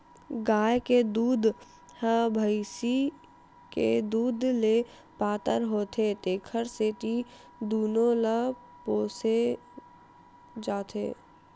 गाय के दूद ह भइसी के दूद ले पातर होथे तेखर सेती दूनो ल पोसे जाथे